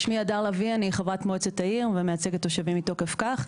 שמי הדר לביא אני חברת מועצת העיר ומייצגת תושבים מתוקף כך,